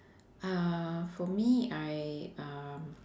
uh for me I um